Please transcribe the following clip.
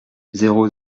zéro